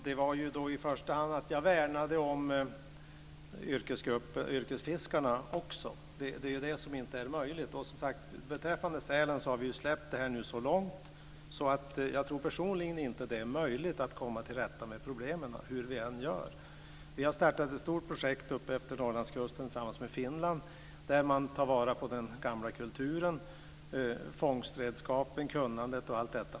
Fru talman! I första hand värnade jag yrkesfiskarna också. Det är detta som inte är möjligt. Beträffande sälen har vi nu släppt det hela så långt att jag personligen inte tror att det är möjligt att komma till rätta med problemen - hur vi än gör. Vi har startat ett stort projekt upp efter Norrlandskusten tillsammans med Finland, där man tar vara på den gamla kulturen, fångstredskapen, kunnandet och allt detta.